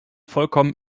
vollkommen